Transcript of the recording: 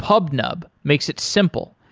pubnub makes it simple,